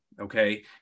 okay